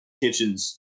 kitchens